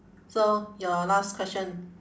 so your last question